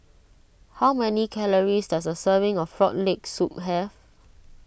how many calories does a serving of Frog Leg Soup have